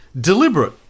deliberate